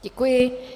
Děkuji.